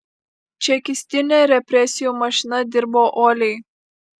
čekistinė represijų mašina dirbo uoliai